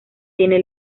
tiene